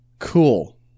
Cool